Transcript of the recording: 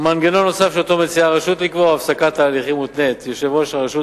מנגנון נוסף שמציעה הרשות לקבוע הוא הפסקת הליכים מותנית: יו"ר הרשות